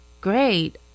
Great